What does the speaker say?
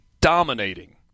dominating